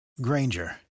Granger